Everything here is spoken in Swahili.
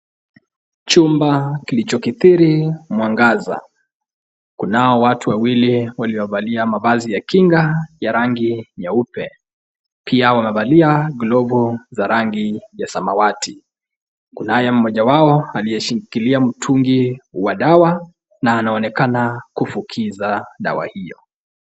Chumba kilichokithiri mwangaza. Kunao watu wawili waliowavalia mavazi ya kinga, ya rangi nyeupe. Pia wamevalia glovu za rangi ya samawati. Kunaye mmoja wao aliyeshikilia mtungi wa dawa, na anaonekana kufukiza dawa hiyo.